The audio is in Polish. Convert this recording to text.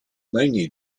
najmniej